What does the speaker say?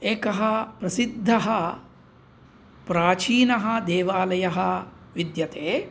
एकः प्रसिद्धः प्राचीनः देवालयः विद्यते